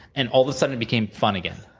and all the sudden, it became fun again,